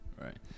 Right